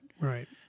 right